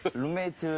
but roommates.